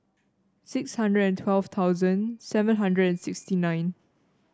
six hundred and twelve thousand seven hundred and sixty nine